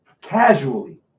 casually